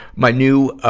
my new, ah,